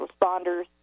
responders